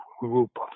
group